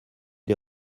les